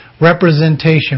representation